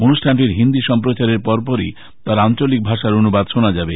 অনুষ্ঠানটির হিন্দী সম্প্রচারের পরপরই তার আঞ্চলিক ভাষার অনুবাদ শোনা যাবে